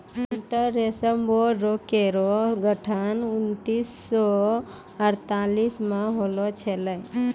central रेशम board केरो गठन उन्नीस सौ अड़तालीस म होलो छलै